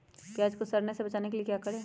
प्याज को सड़ने से बचाने के लिए क्या करें?